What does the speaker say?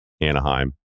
Anaheim